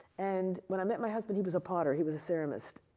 and when i met my husband, he was a potter, he was a ceramist.